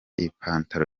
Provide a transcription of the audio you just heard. ipantaro